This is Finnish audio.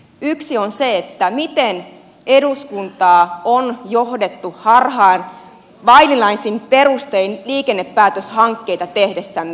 yksi on se miten eduskuntaa on johdettu harhaan vaillinaisin perustein liikennepäätöshankkeita tehdessämme